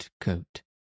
coat